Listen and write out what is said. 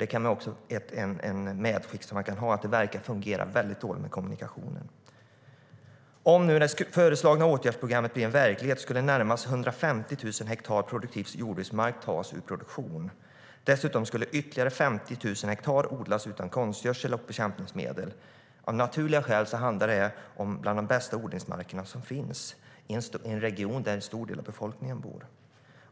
Ett medskick är att det verkar fungera väldigt dåligt med kommunikationerna. Om